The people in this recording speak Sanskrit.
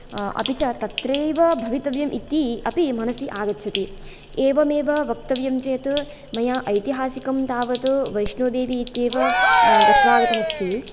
अपि च तत्रैव भवितव्यम् इति अपि मनसि आगच्छति एवमेव वक्तव्यं चेत् मया ऐतिहसिकं तावत् वैष्णोदेवी इत्येव गत्वा गतमस्ति